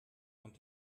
und